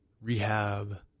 rehab